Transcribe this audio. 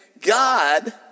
God